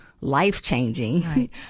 life-changing